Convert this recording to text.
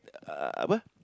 uh apa